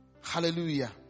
Hallelujah